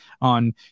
on